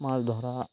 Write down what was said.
মাছ ধরা